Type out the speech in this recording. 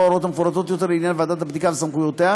הוראות מפורטות יותר לעניין ועדת הבדיקה וסמכויותיה,